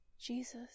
jesus